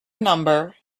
number